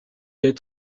est